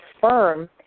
firm